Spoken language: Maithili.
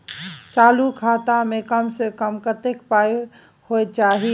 चालू खाता में कम से कम कत्ते पाई होय चाही?